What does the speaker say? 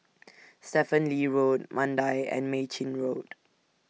Stephen Lee Road Mandai and Mei Chin Road